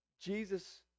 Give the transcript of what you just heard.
Jesus